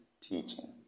teaching